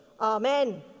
Amen